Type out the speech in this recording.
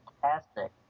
fantastic